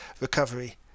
recovery